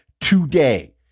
today